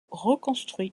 reconstruit